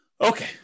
Okay